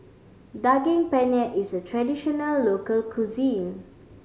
Daging Penyet is a traditional local cuisine